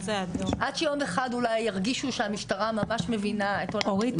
עד שיום אחד אולי ירגישו שהמשטרה ממש מבינה את --- אורית,